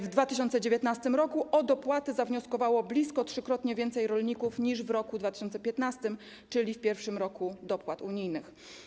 W 2019 r. o dopłatę zawnioskowało blisko trzykrotnie więcej rolników niż w roku 2015, czyli pierwszym roku dopłat unijnych.